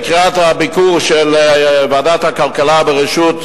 לקראת הביקור של ועדת הכלכלה בראשות